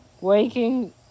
Waking